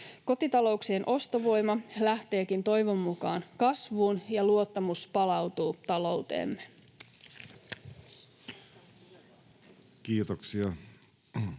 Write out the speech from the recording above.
Kotitalouksien ostovoima lähteekin toivon mukaan kasvuun, ja luottamus palautuu talouteemme. [Speech